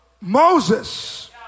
Moses